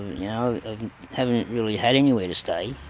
you know haven't really had anywhere to stay.